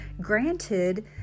Granted